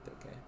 okay